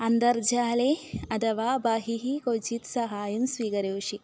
अन्तर्जाले अथवा बहिः क्वचित् सहायं स्वीकरोषि